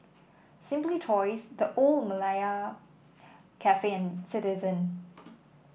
Simply Toys The Old Malaya Cafe and Citizen